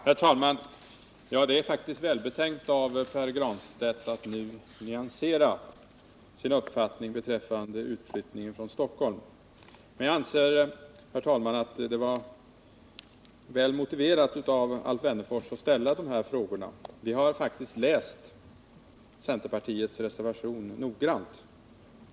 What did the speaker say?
Herr talman! Det är faktiskt välbetänkt av Pär Granstedt att nu nyansera sin uppfattning beträffande utflyttningen från Stockholm. Men jag anser ändå att Alf Wennerfors frågor var väl motiverade. Vi har faktiskt noggrant läst centerpartiets reservation.